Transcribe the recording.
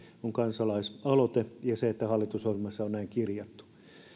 on kansalaisaloite ja se että hallitusohjelmaan on näin kirjattu